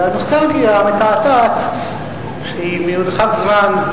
הנוסטלגיה מתעתעת ממרחק זמן,